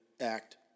act